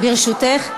ברשותך,